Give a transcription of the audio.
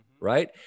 right